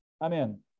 Amen